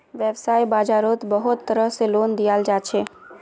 वैव्साय बाजारोत बहुत तरह से लोन दियाल जाछे